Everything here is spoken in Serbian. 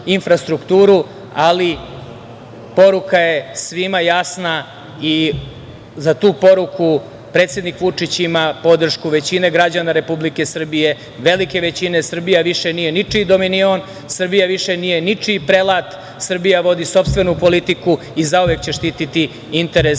ali i poruka je svima jasna i za tu poruku predsednik Vučić ima podršku većine građana Republike Srbije, velike većine. Srbija nije više ničiji dominion, Srbija više nije ničiji prelat, Srbija vodi sopstvenu politiku i zauvek će štititi interes